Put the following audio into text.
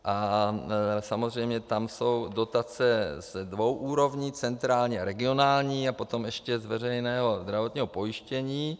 A samozřejmě tam jsou dotace ze dvou úrovní, centrální a regionální, a potom ještě z veřejného zdravotního pojištění.